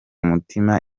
mutima